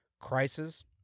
crisis